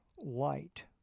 light